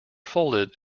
folded